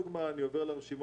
רשום